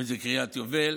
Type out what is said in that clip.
אם זה קריית יובל,